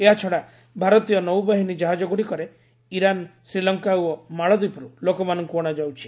ଏହାଛଡ଼ା ଭାରତୀୟ ନୌବାହିନୀ ଜାହାଜଗୁଡ଼ିକରେ ଇରାନ୍ ଶ୍ରୀଲଙ୍କା ଓ ମାଳଦୀପରୁ ଲୋକମାନଙ୍କୁ ଅଶାଯାଉଛି